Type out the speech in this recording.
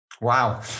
Wow